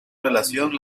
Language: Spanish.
relación